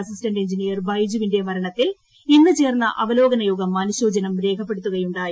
assistant engineer ബൈജുവിന്റെ മരണത്തിൽ ഇന്ന് ചേർന്ന അവലോകനയോഗം അനുശോചനം രേഖപ്പെടുത്തുകയുണ്ടായി